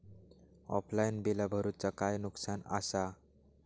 Offline बिला भरूचा काय नुकसान आसा?